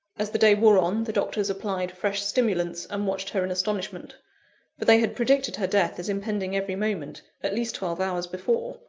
as the day wore on, the doctors applied fresh stimulants, and watched her in astonishment for they had predicted her death as impending every moment, at least twelve hours before.